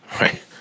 right